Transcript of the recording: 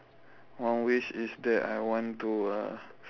one wish is that I want to uh